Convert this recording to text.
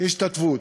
השתתפות.